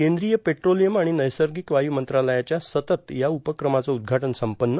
केंद्रीय पेट्रोलियम आणि नैसर्गिक वायू मंत्रालयाच्या सतत या उपक्रमाचं उद्घाटन संपन्न